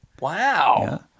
Wow